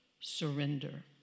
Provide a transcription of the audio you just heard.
Surrender